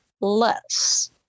less